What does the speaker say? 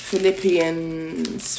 Philippians